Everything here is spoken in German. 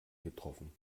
getroffen